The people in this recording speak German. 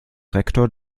rektor